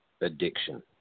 addiction